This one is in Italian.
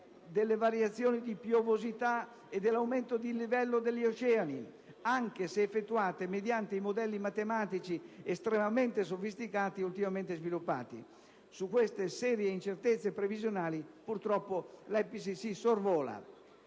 delle variazioni di piovosità e dell'aumento del livello degli oceani, anche se effettuate mediante i modelli matematici estremamente sofisticati ultimamente sviluppati. Su queste serie incertezze previsionali purtroppo l'IPCC sorvola.